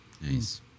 Nice